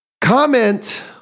Comment